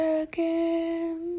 again